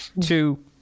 two